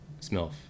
Smilf